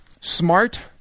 smart